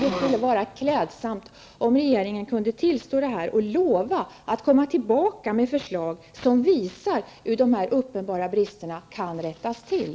Det vore klädsamt om regeringen kunde tillstå detta och lova att återkomma med ett förslag som visar hur de uppenbara bristerna kan rättas till.